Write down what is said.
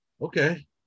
okay